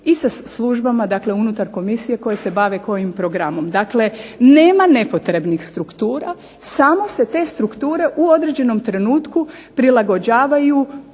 i sa službama dakle unutar komisije koje se bave kojim programom. Dakle nema nepotrebnih struktura, samo se te strukture u određenom trenutku prilagođavaju potrebama